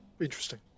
interesting